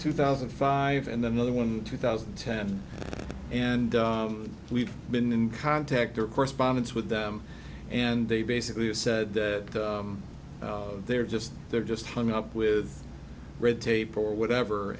two thousand and five and then another one two thousand and ten and we've been in contact or correspondence with them and they basically said that they're just there just hung up with red tape or whatever